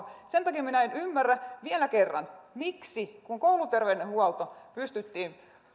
sen takia minä en ymmärrä vielä kerran kun kouluterveydenhuolto pystyttiin